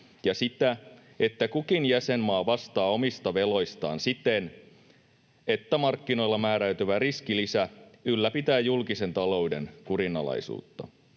ja sitä, että kukin jäsenmaa vastaa omista veloistaan siten, että markkinoilla määräytyvä riskilisä ylläpitää julkisen talouden kurinalaisuutta.